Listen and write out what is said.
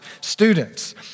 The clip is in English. students